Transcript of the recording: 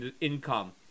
income